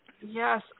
Yes